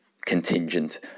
contingent